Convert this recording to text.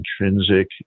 intrinsic